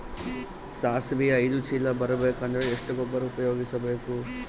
ಸಾಸಿವಿ ಐದು ಚೀಲ ಬರುಬೇಕ ಅಂದ್ರ ಎಷ್ಟ ಗೊಬ್ಬರ ಉಪಯೋಗಿಸಿ ಬೇಕು?